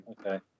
okay